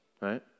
right